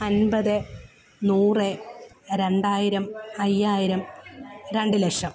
അൻപത് നൂറ് രണ്ടായിരം അയ്യായിരം രണ്ട് ലക്ഷം